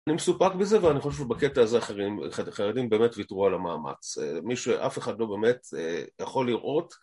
אני מסופק בזה, ואני חושב שבקטע הזה החיילים באמת ויתרו על המאמץ. מי שאף אחד לא באמת יכול לראות.